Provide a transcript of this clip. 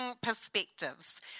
perspectives